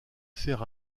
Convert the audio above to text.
fer